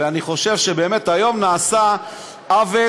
ואני חושב שבאמת היום נעשה עוול,